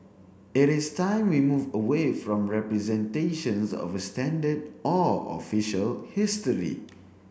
it is time we move away from representations of a standard or official history